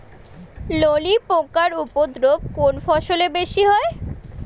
ললি পোকার উপদ্রব কোন ফসলে বেশি হয়?